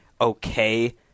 okay